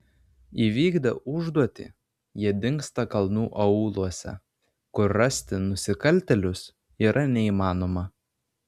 įvykdę užduotį jie dingsta kalnų aūluose kur rasti nusikaltėlius yra neįmanoma